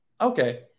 Okay